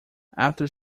after